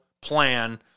plan